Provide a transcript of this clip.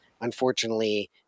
unfortunately